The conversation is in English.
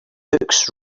books